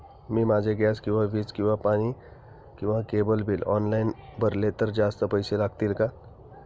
मी माझे गॅस किंवा वीज किंवा पाणी किंवा केबल बिल ऑनलाईन भरले तर जास्त पैसे लागतील का?